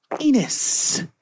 penis